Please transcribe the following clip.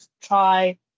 try